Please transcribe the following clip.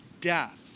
death